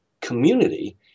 community